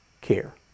care